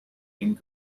and